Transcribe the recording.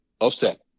Offset